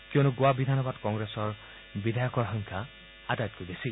কিয়নো গোৱা বিধানসভাত কংগ্ৰেছৰ বিধায়কৰ সংখ্যা আটাইতকৈ বেছি